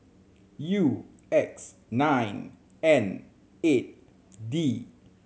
U X nine N eight D